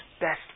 best